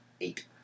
Eight